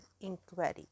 inquiry